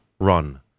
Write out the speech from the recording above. run